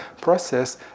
process